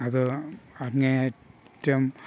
അത് അങ്ങേയറ്റം